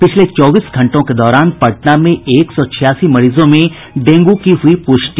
पिछले चौबीस घंटों के दौरान पटना में एक सौ छियासी मरीजों में डेंगू की हुई पुष्टि